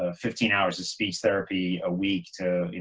ah fifteen hours of speech therapy a week to you